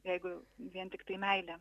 jeigu vien tiktai meilė